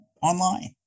online